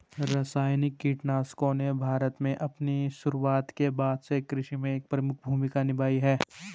रासायनिक कीटनाशकों ने भारत में अपनी शुरूआत के बाद से कृषि में एक प्रमुख भूमिका निभाई है